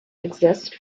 exist